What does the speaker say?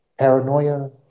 paranoia